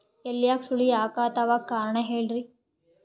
ಎಲ್ಯಾಗ ಸುಳಿ ಯಾಕಾತ್ತಾವ ಕಾರಣ ಹೇಳ್ರಿ?